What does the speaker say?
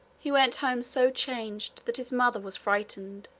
he went home so changed that his mother was frightened.